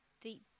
deep